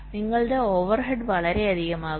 എന്നാൽ നിങ്ങളുടെ ഓവർഹെഡ് വളരെയധികം ആകും